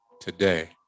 today